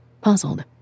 puzzled